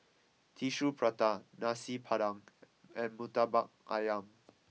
Tissue Prata Nasi Padang and Murtabak Ayam